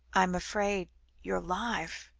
i am afraid your life